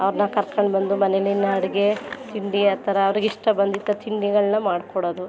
ಅವ್ರನ್ನ ಕರ್ಕೊಂಡು ಬಂದು ಮನೆ ಅಡುಗೆ ತಿಂಡಿ ಆ ಥರ ಅವರಿಗಿಷ್ಟ ಬಂದಿದ್ದ ತಿಂಡಿಗಳನ್ನ ಮಾಡ್ಕೊಡೋದು